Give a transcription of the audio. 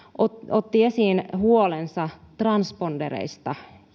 otti esiin huolensa transpondereista